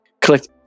collect